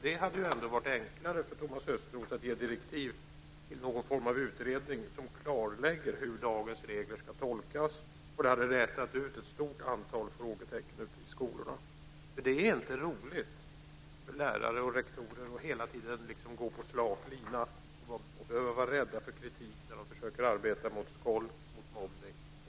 Det hade ändå varit enklare för Thomas Östros att ge direktiv till någon form av utredning för att klarlägga hur dagens regler ska tolkas. Det hade rätat ut ett stort antal frågetecken ute i skolorna, för det är inte roligt för lärare och rektorer att hela tiden gå på slak lina och behöva vara rädda för kritik när de försöker arbeta mot skolk, mobbning och våld.